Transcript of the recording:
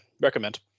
recommend